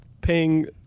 paying